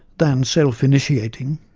than self-initiating.